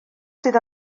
sydd